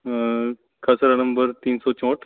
ਖਸਰਾ number ਤਿੰਨ ਸੌ ਚੌਂਹਠ